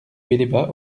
belébat